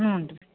ಹ್ಞೂ ರೀ